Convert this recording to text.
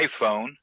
iPhone